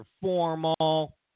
formal